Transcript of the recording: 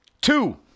Two